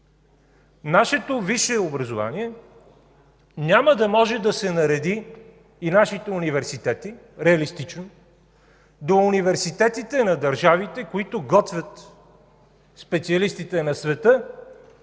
Нашето висше образование няма да може да се нареди, нашите университети реалистично до университетите на държавите, които готвят специалистите на света